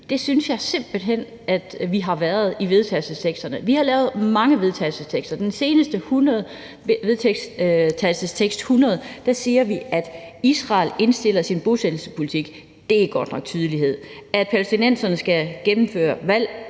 synes jeg simpelt hen, vi har været det i vedtagelsesteksterne. Vi har lavet mange vedtagelsestekst, og i den seneste vedtagelsestekst, V 100, siger vi, at Israel skal indstille sin bosættelsespolitik – det er godt nok tydeligt – og at palæstinenserne skal gennemføre valg